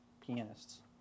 pianists